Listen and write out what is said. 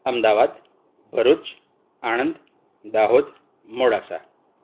Ahmedabad Bharuch Anand Dahod Modasa